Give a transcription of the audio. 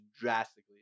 drastically